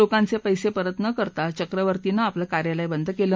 लोकांचे पैसे परत न करता चक्रवर्ती ने आपलं कार्यालय बंद केलं